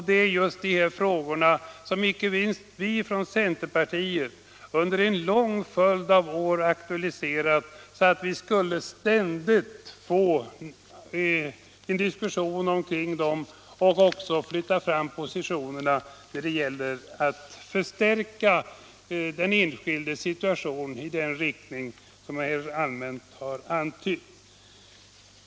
Det är just dessa frågor som inte minst vi från centerpartiet under en lång följd av år har aktualiserat för att vi ständigt skulle få en diskussion kring dem och även flytta fram positionerna i fråga om att förstärka den enskildes situation i den riktning som jag här allmänt har angivit.